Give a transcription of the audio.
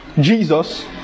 Jesus